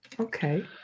okay